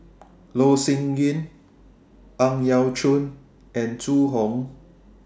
Loh Sin Yun Ang Yau Choon and Zhu Hong